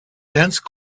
dense